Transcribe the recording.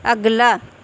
اگلا